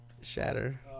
shatter